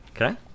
Okay